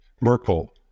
Merkel